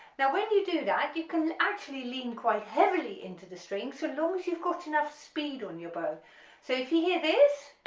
now when you do that you can actually lean quite heavily into the string so long as you've got enough speed on your bow so if you hear this,